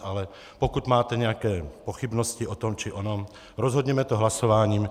Ale pokud máte nějaké pochybnosti o tom či onom, rozhodněme to hlasováním.